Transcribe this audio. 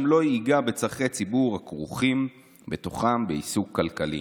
לא ייגע בצורכי ציבור הכרוכים בתוכם בעיסוק כלכלי",